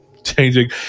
Changing